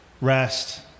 rest